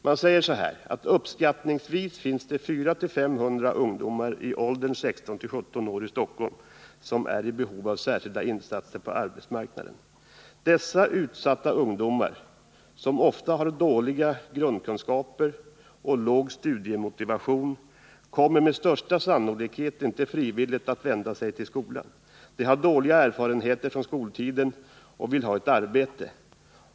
Man säger: ”Uppskattningsvis finns det 450-500 ungdomar i åldern 16-17 år i Stockholm, som är i behov av särskilda insatser på arbetsmarknaden. Dessa utsatta ungdomar, som ofta har dåliga grundkunskaper och låg studiemotivation kommer med största sannolikhet inte frivilligt att vända sig till skolan. De har dåliga erfarenheter från skoltiden och vill ha ett arbete.